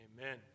amen